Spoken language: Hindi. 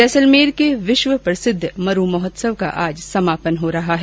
जैसलमेर के विश्व प्रसिद्ध मरू महोत्सव का आज समापन हो रहा है